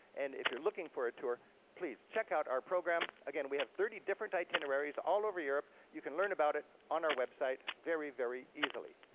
and if you're looking for a tour please check out our program. again, we have thirty different itineraries all over europe, you can learn about it on our website very very easily.